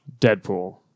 Deadpool